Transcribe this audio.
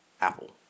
apple